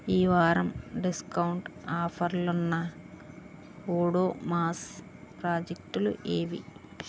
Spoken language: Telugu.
ఈవారం డిస్కౌంట్ ఆఫర్లున్న ఓడోమాస్ ప్రాజెక్టులు ఏవి